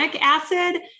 acid